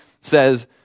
says